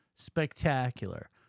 spectacular